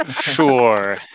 Sure